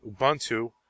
Ubuntu